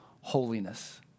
holiness